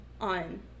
on